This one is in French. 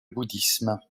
bouddhisme